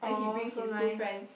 uh so nice